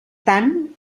tant